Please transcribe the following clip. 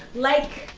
like,